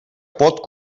pot